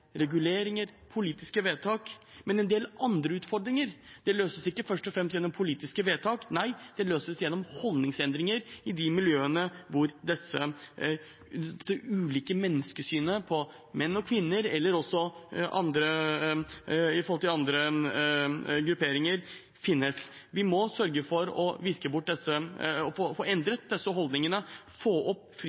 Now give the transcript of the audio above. reguleringer og politiske vedtak. En del andre utfordringer løses ikke først og fremst gjennom politiske vedtak, nei, de løses gjennom holdningsendringer i de miljøene hvor det ulike synet – menneskesynet – på menn og kvinner, og også på andre grupperinger, finnes. Vi må sørge for å få endret disse holdningene og få